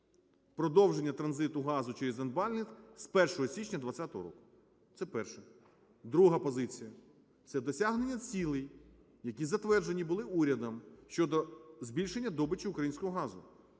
продовження транзиту газу через анбандлінг з 1 січня 20-го року. Це перше. Друга позиція. Це досягнення цілей, які затверджені були урядом щодо збільшення добичу українського газу